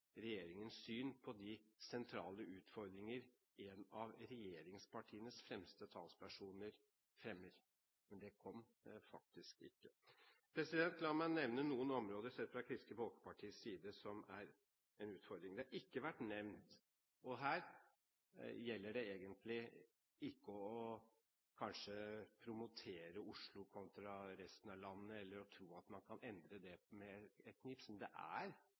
regjeringens syn på de sentrale utfordringer en av regjeringspartienes fremste talspersoner fremmer. Men det kom faktisk ikke. La meg nevne noen områder som, sett fra Kristelig Folkepartis side, er en utfordring, og som ikke har vært nevnt. Her gjelder det egentlig ikke å promotere Oslo kontra resten av landet eller å tro at man kan endre det med et knips, men det er